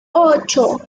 ocho